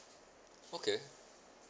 okay